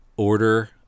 order